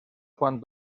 juan